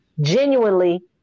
genuinely